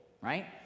right